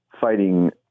fighting